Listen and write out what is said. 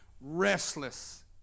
restless